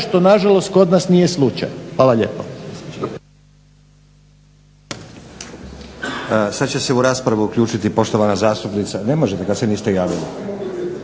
što na žalost kod nas nije slučaj. Hvala lijepo.